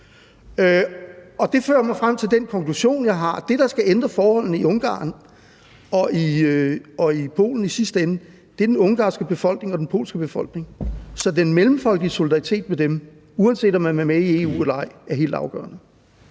det fører mig frem til min konklusion: Det, der skal ændre forholdene i Ungarn og i Polen i sidste ende, er den ungarske befolkning og den polske befolkning. Så den mellemfolkelige solidaritet med befolkningerne, uanset om man er med i EU eller ej, er helt afgørende.